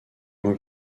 mois